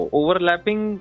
overlapping